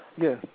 Yes